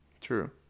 True